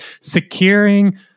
securing